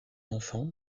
enfants